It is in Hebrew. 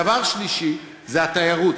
והדבר השלישי זה התיירות.